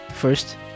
first